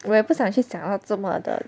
我也不想去想要这么的